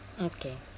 okay